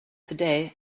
today